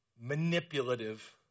manipulative